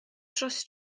dros